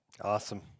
Awesome